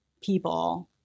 people